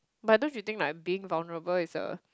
but don't you think like being vulnerable is a